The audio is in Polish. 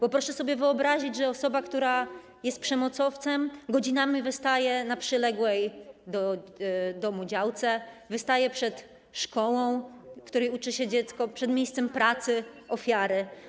Bo proszę sobie wyobrazić, że osoba, która jest przemocowcem, godzinami wystaje na przyległej do domu działce, wystaje przed szkołą, w której uczy się dziecko, przed miejscem pracy ofiary.